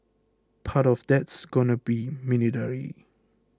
part of that's going to be military